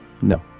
no